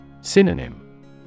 Synonym